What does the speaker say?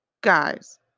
Guys